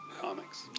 comics